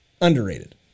Underrated